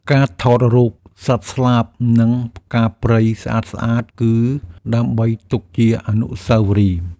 ការថតរូបសត្វស្លាប និងផ្កាព្រៃស្អាតៗ គឺដើម្បីទុកជាអនុស្សាវរីយ៍។